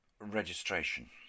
registration